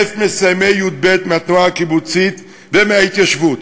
1,000 מסיימי י"ב מהתנועה הקיבוצית ומההתיישבות